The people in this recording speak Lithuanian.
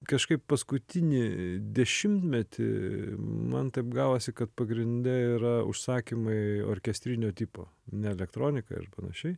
kažkaip paskutinį dešimtmetį man taip gavosi kad pagrinde yra užsakymai orkestrinio tipo ne elektronika ir panašiai